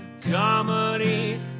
Comedy